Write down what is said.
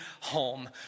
home